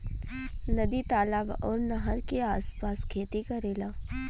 नदी तालाब आउर नहर के आस पास खेती करेला